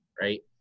Right